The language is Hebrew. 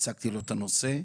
והצגתי לו את הנושא.